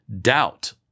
doubt